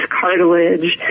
cartilage